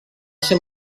ser